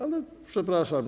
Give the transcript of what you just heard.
Ale przepraszam.